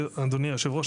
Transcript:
אדוני יושב הראש,